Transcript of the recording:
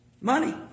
money